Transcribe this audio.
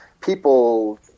people